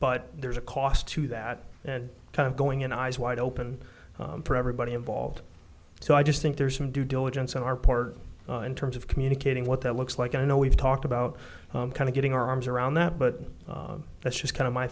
but there's a cost to that and kind of going in eyes wide open for everybody involved so i just think there's some due diligence on our part in terms of communicating what that looks like i know we've talked about kind of getting our arms around that but that's